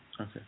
Okay